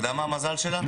אתה יודע מה המזל שלה?